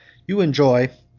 you enjoy,